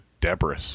Debris